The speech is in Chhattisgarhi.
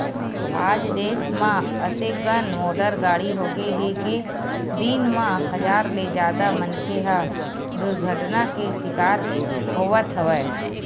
आज देस म अतेकन मोटर गाड़ी होगे हे के दिन म हजार ले जादा मनखे ह दुरघटना के सिकार होवत हवय